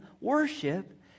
worship